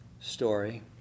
story